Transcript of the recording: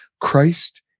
Christ